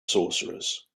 sorcerers